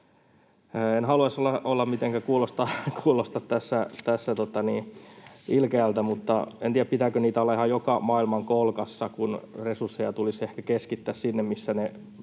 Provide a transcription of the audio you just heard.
En haluaisi kuulostaa tässä mitenkään ilkeältä, mutta en tiedä, pitääkö niitä olla ihan joka maailmankolkassa, kun resursseja tulisi ehkä keskittää sinne, missä ne